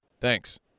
Thanks